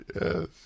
Yes